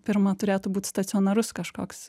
pirma turėtų būt stacionarus kažkoks